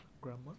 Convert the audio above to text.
Grandma